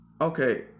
okay